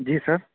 جی سر